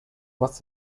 was